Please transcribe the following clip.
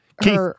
Keith